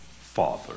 father